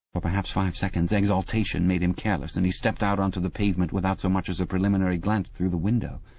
for perhaps five seconds exaltation made him careless, and he stepped out on to the pavement without so much as a preliminary glance through the window.